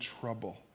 trouble